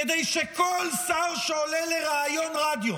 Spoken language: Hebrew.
כדי שכל שר שעולה לריאיון רדיו